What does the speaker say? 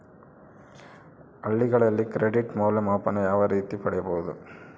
ಹಳ್ಳಿಗಳಲ್ಲಿ ಕ್ರೆಡಿಟ್ ಮೌಲ್ಯಮಾಪನ ಯಾವ ರೇತಿ ಪಡೆಯುವುದು?